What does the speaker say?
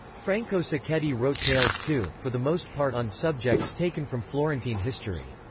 franco sacchetti wrote tales too, for the most part on subjects taken from florentine history.